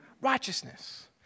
righteousness